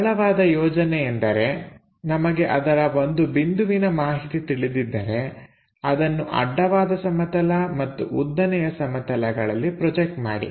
ಸರಳವಾದ ಯೋಜನೆ ಎಂದರೆ ನಮಗೆ ಅದರ ಒಂದು ಬಿಂದುವಿನ ಮಾಹಿತಿ ತಿಳಿದಿದ್ದರೆ ಅದನ್ನು ಅಡ್ಡವಾದ ಸಮತಲ ಮತ್ತು ಉದ್ದನೆಯ ಸಮತಲಗಳಲ್ಲಿ ಪ್ರೊಜೆಕ್ಟ್ ಮಾಡಿ